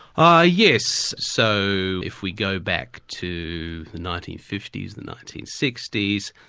ah yes, so if we go back to the nineteen fifty s, the nineteen sixty s,